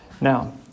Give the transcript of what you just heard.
Now